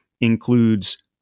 includes